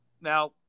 Now